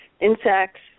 insects